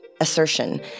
assertion